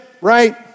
right